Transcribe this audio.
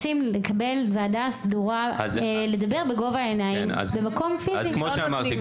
הם רוצים לקבל ועדה סדורה ולדבר בגובה העיניים במקום פיזי.) כמו שאמרתי,